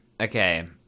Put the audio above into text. okay